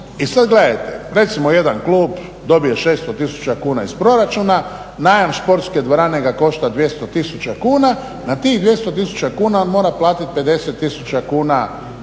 I sad gledajte. Recimo jedan klub dobije 600 tisuća kuna iz proračuna. Najam športske dvorane ga košta 200 tisuća kuna. Na tih 200 tisuća kuna on mora platiti 50 tisuća kuna